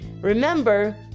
Remember